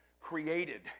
created